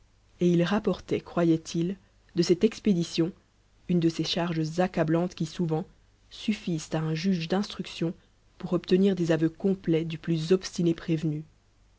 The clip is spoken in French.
et il rapportait croyait-il de cette expédition une de ces charges accablantes qui souvent suffisent à un juge d'instruction pour obtenir des aveux complets du plus obstiné prévenu